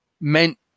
meant